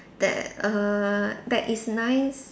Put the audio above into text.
that err that is nice